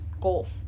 Golf